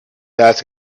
ask